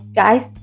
guys